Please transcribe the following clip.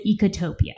Ecotopia